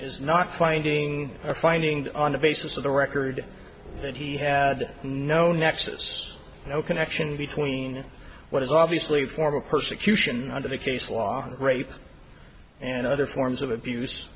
is not finding a finding on the basis of the record that he had no nexus no connection between what is obviously a form of persecution under the case law grave and other forms of abuse